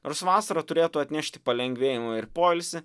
nors vasara turėtų atnešti palengvėjimą ir poilsį